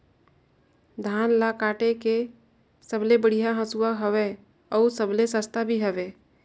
धान ल काटे के सबले बढ़िया हंसुवा हवये? अउ सबले सस्ता भी हवे?